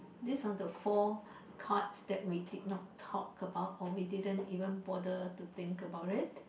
these are the four cards that we did not talk about or we didn't even bother to think about it